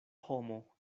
homo